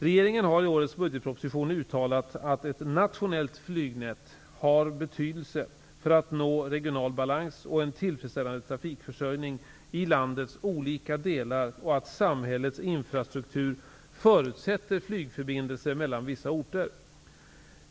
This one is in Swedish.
Regeringen har i årets budgetproposition uttalat att ett nationellt flygnät har betydelse för att nå regional balans och en tillfredsställande trafikförsörjning i landets olika delar och att samhällets infrastruktur förutsätter flygförbindelser mellan vissa orter.